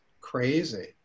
crazy